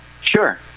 Sure